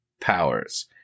powers